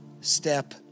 step